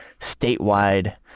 statewide